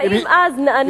האם אז נענית,